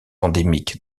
endémique